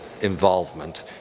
involvement